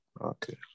Okay